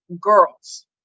girls